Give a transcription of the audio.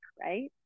right